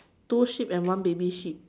two sheep and one baby sheep